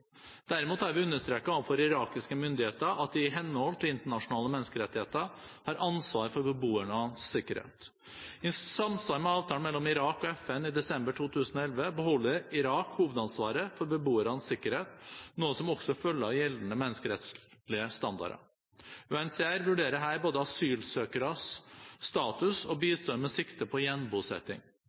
Derimot har vi understreket overfor irakiske myndigheter at de i henhold til internasjonale menneskerettigheter, har ansvar for beboernes sikkerhet. I samsvar med avtalen mellom Irak og FN i desember 2011, beholder Irak hovedansvaret for beboernes sikkerhet, noe som også følger av gjeldende menneskerettslige standarder. UNHCR vurderer her både asylsøkeres status og bistand med sikte på gjenbosetting.